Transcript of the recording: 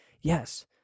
Yes